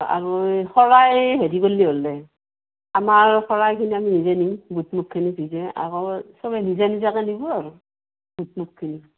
আৰু শৰাই হেৰি কল্লি হ'ল দে আমাৰ শৰাইখিনি আমি নিজে নিম বুট মুটখিনি ভিজে আৰু চবে নিজা নিজাকে নিব আৰু বুট মুটখিনি